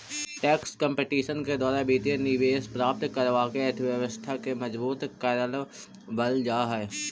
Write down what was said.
tax competition के द्वारा वित्तीय निवेश प्राप्त करवा के अर्थव्यवस्था के मजबूत करवा वल जा हई